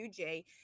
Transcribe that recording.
UJ